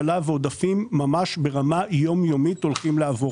ועודפים ממש תוך יום-יומיים הולכים לעבור.